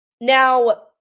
now